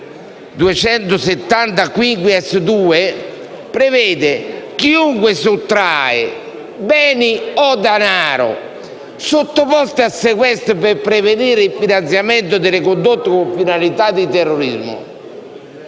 si legge: «Chiunque sottrae... beni o denaro, sottoposti a sequestro per prevenire il finanziamento delle condotte con finalità di terrorismo».